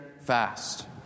fast